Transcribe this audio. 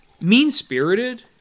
mean-spirited